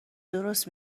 درست